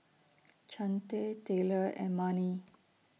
Chante Taylor and Marni